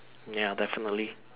ya definitely